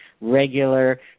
Regular